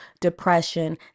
depression